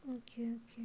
okay